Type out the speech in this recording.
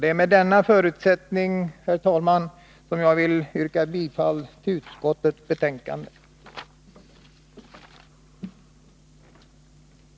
Med anledning av denna förutsättning vill jag yrka bifall till hemställan i utskottets betänkande 1982/83:15.